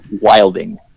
Wilding